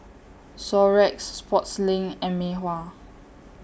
Xorex Sportslink and Mei Hua